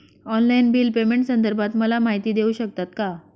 Online bill पेमेंटसंदर्भात मला माहिती देऊ शकतात का?